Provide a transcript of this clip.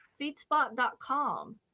Feedspot.com